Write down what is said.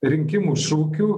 rinkimų šūkių